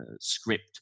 script